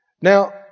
Now